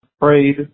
prayed